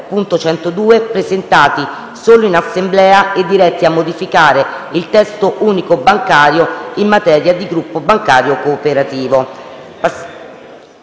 22.0.102, presentati solo in Assemblea e diretti a modificare il Testo unico bancario in materia di gruppo bancario cooperativo.